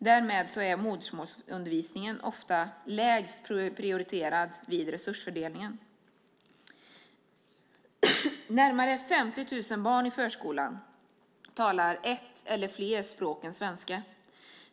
Därmed är modersmålsundervisningen ofta lägst prioriterad vid resursfördelningen. Närmare 50 000 barn i förskolan talar ett eller fler språk än svenska.